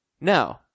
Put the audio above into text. No